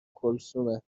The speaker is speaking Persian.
کلثومه